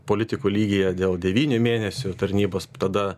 politikų lygyje dėl devynių mėnesių tarnybos tada